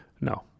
No